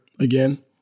Again